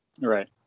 Right